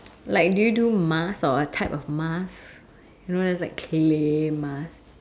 like do you do mask or a type of mask you know there's like clay mask